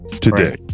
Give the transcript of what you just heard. today